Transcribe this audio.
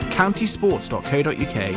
countysports.co.uk